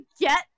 get